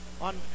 On